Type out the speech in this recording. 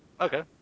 Okay